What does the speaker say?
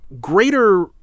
greater